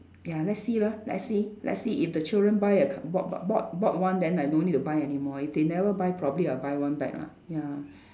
ya let's see lah let's see let's see if the children buy a c~ bought bought bought bought one then I no need to buy anymore if they never buy probably I'll buy one back lah ya